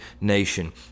nation